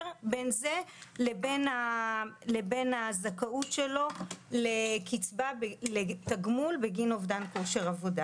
בין זה לבין הזכאות שלו לתגמול בגין אובדן כושר עבודה.